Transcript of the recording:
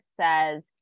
says